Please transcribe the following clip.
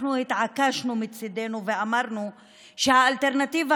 אנחנו התעקשנו מצידנו ואמרנו שהאלטרנטיבה